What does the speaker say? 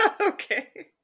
Okay